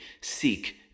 seek